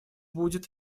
будет